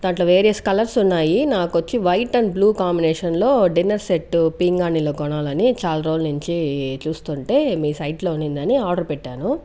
దాంట్లో various colours ఉన్నాయి నాకు వచ్చి వైట్ అండ్ బ్లూ కాంబినేషన్లో డిన్నర్ సెట్ పింగాణిలో కొనాలని చాలా రోజుల నుంచి చూస్తుంటే మీ సైట్లో ఉన్నది ఆర్డర్ పెట్టాను